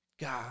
God